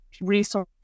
resource